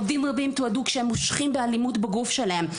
עובדים רבים תועדו כשהם מושכים באלימות בגוף שלהם,